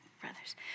brothers